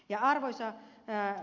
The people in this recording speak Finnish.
ja arvoisa ed